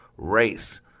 race